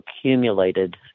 accumulated